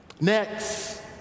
Next